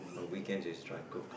on weekends is trying cook